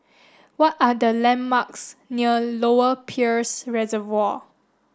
what are the landmarks near Lower Peirce Reservoir